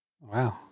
Wow